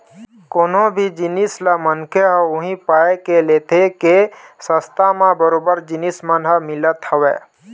कोनो भी जिनिस ल मनखे ह उही पाय के लेथे के सस्ता म बरोबर जिनिस मन ह मिलत हवय